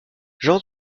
jean